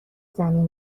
زمین